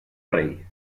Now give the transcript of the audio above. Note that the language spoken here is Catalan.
rei